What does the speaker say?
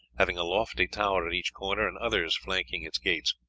having a lofty tower at each corner and others flanking its gates.